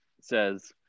says